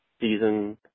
season